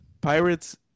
Pirates